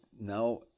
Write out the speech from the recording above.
now